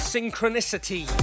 Synchronicity